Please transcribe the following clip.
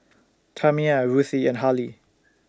Tamia Ruthie and Harlie